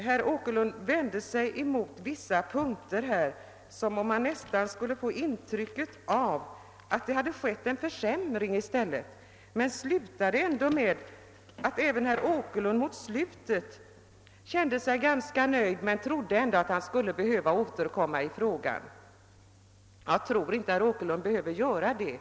Herr Åkerlind uttalade sig på vissa punkter så, att man nästan kunde få intrycket att det genom uppmjukningen har inträffat en försämring, men mot slutet av sitt anförande sade herr Åkerlind att även han kände sig nöjd, även om han trodde att han skulle behöva återkomma i frågan. Jag tror inte att herr Åkerlind behöver göra det.